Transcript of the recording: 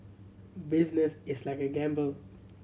business is like a gamble